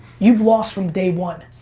you've lost from day one.